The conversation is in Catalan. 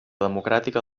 democràtica